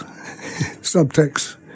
subtext